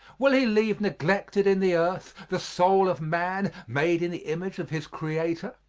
will he leave neglected in the earth the soul of man, made in the image of his creator?